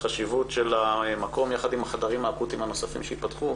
שהחשיבות של המקום יחד עם החדרים האקוטיים הנוספים שייפתחו,